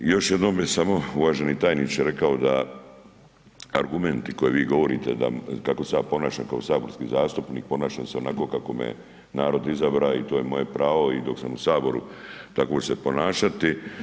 I još jednome samo, uvaženi tajniče rekao da argumenti koje vi govorite da kako se ja ponašam kao saborski zastupnik, ponašam se onako kako me narod izabrao i to je moje pravo i dok sam u saboru tako ću se ponašati.